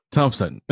Thompson